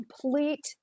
complete